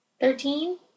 Thirteen